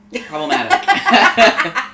problematic